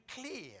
clear